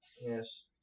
yes